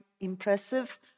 impressive